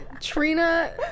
Trina